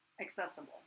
Accessible